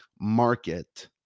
market